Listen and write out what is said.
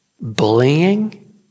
bullying